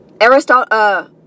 Aristotle